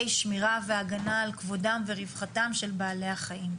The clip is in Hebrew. שמירה והגנה על כבודם ורווחתם של בעלי החיים.